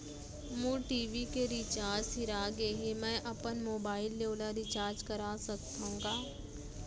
मोर TV के recharge सिरा गे हे, मैं अपन मोबाइल ले ओला रिचार्ज करा सकथव का?